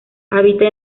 habita